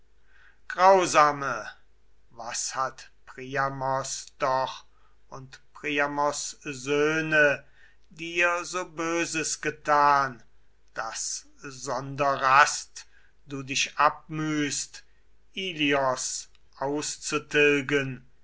grausame was hat priamos doch und priamos söhne dir so böses getan daß sonder rast du dich abmühst ilios